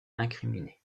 incriminé